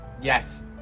Yes